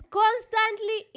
constantly